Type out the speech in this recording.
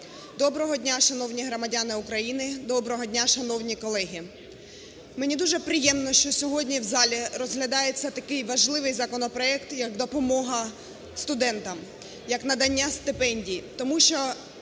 Доброго дня, шановні громадяни України! Доброго дня, шановні колеги! Мені дуже приємно, що сьогодні в залі розглядається такий важливий законопроект, як допомога студентам, як надання стипендії,